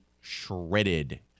shredded